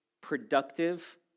productive